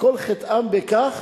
כל חטאם בכך